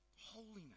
holiness